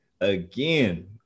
again